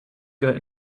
good